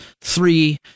three